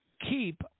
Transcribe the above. keep